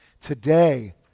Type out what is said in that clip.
Today